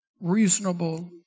reasonable